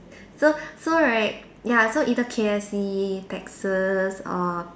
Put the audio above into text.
so so right ya so either K_F_C Texas or